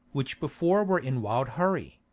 which before were in wild hurry.